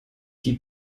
die